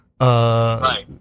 Right